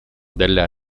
della